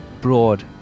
broad